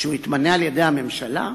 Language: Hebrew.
שהוא יתמנה על-ידי הממשלה?